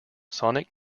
sonic